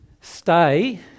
stay